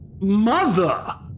mother